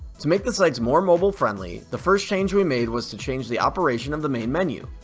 to make the sites more mobile friendly, the first change we made was to change the operation of the main menu.